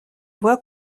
voie